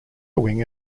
wing